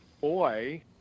boy